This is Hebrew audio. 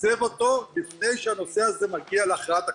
לפני שהנושא הזה מגיע להכרעת הכנסת.